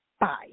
bye